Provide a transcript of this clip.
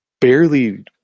barely